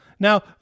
Now